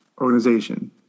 organization